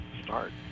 Start